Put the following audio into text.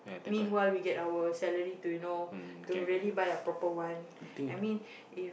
meanwhile we get our salary to you know to really buy a proper one I mean if